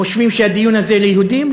חושבים שהדיון הזה ליהודים?